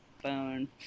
phone